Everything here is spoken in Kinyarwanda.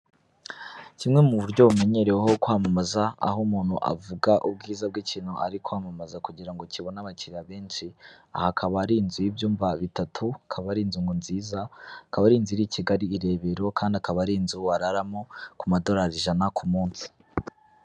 Kimwe mu buryo bumenyereweho kwamamaza aho umuntu avuga ubwiza bw'ikintu ari kwamamaza kugira ngo kibone abakiriya benshi, aha hakaba ari inzu y'ibyumba bitatu, akaba ari inzu nziza, akaba ari inzu iri i Kigali i Rebero kandi akaba ari inzu wararamo ku madorari ijana ku munsi.